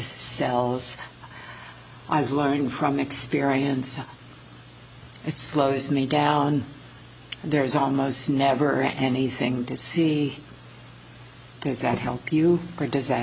cells i was learning from experience it slows me down there's almost never anything to see those that help you or does that